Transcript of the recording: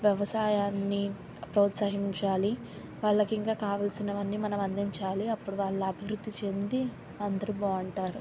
వ్యవసాయాన్ని ప్రోత్సహించాలి వాళ్ళకి ఇంకా కావాల్సినవి అన్నీ మనం అందించాలి అప్పుడు వాళ్ళు అభివృద్ధి చెంది అందరు బాగుంటారు